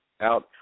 out